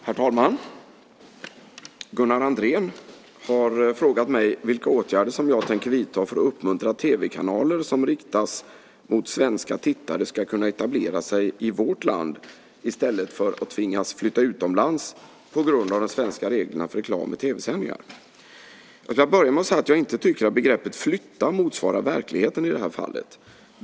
Herr talman! Gunnar Andrén har frågat mig vilka åtgärder jag tänker vidta för att uppmuntra att tv-kanaler som riktar sig till svenska tittare ska kunna etablera sig i vårt land i stället för att tvingas flytta utomlands på grund av de svenska reglerna för reklam i tv-sändningar. Jag skulle vilja börja med att säga att jag inte tycker att begreppet "flytta" motsvarar verkligheten i det här fallet.